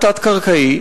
אומנם תת-קרקעי,